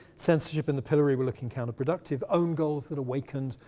censorship and the pillory were looking counterproductive, own goals that awakened,